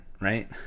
right